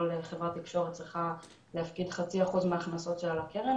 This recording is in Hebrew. כל חברת תקשורת צריכה להפקיד 0.5% מההכנסות שלו לקרן